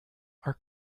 are